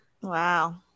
wow